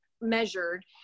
measured